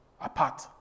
apart